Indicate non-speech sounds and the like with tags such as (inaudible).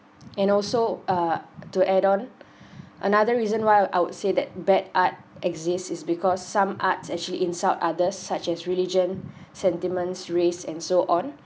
and also uh to add on (breath) another reason why I would say that bad art exist is because some arts actually insult others such as religion sentiments race and so on